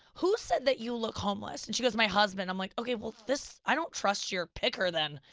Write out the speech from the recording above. who said that you look homeless? and she goes, my husband. i'm like, okay, well this, i don't trust your picker, then.